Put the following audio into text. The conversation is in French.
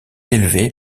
élevé